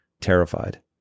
terrified